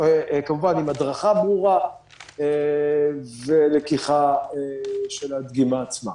כמובן עם הדרכה ברורה ולקיחה של הדגימה עצמה.